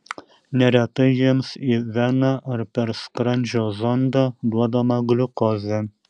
neretai jiems į veną ar per skrandžio zondą duodama gliukozė